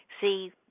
See